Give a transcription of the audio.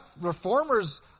Reformers